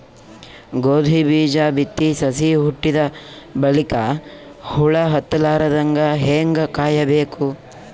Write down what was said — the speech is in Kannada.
ಗೋಧಿ ಬೀಜ ಬಿತ್ತಿ ಸಸಿ ಹುಟ್ಟಿದ ಬಲಿಕ ಹುಳ ಹತ್ತಲಾರದಂಗ ಹೇಂಗ ಕಾಯಬೇಕು?